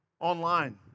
online